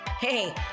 Hey